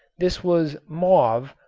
this was mauve,